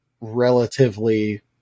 relatively –